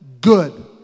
good